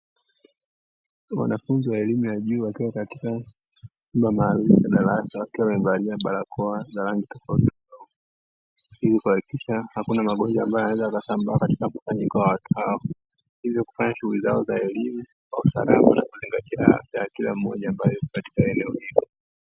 Wanafunzi wa elimu ya juu wakiwa katika chumba maalumu cha darasa wakiwa wamevalia barakoa za rangi tofautitofauti, ili kuhakikisha hakuna magonjwa ambayo yanayoweza yakasambaa katika mkusanyiko wa watu hao. Hivyo kufanya shughuli zao za elimu kwa usalama na kuzingatia afya ya kila mmoja pale katika eneo hilo.